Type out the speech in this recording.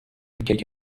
کیک